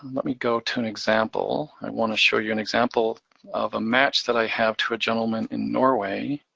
let me go to an example. i wanna show you an example of a match that i have to a gentleman in norway.